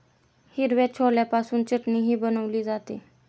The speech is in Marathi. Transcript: हिरव्या छोल्यापासून चटणीही बनवली जाते